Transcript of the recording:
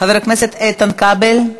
חבר הכנסת איתן כבל,